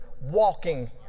Walking